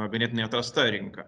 ganėtinai atrasta rinka